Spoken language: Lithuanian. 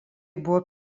buvo